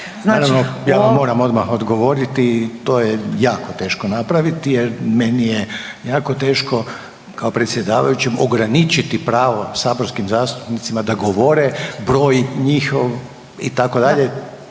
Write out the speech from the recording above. ja vam moram odmah odgovoriti, to je jako teško napraviti jer meni je jako teško kao predsjedavajućem ograničiti pravo saborskim zastupnicima da govore, broj njih itd., to je